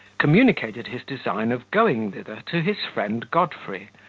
communicated his design of going thither to his friend godfrey,